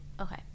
Okay